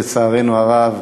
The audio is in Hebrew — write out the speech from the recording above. לצערנו הרב,